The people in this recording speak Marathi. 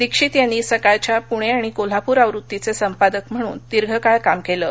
दीक्षित यांनी सकाळच्या पुणआणि कोल्हापूर आवृत्तीचक् संपादक म्हणून दीर्घकाळ काम कळि